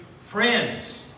friends